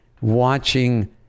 watching